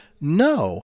No